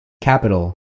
Capital